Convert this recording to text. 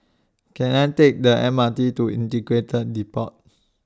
Can I Take The M R T to Integrated Depot